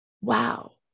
wow